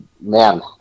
Man